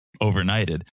overnighted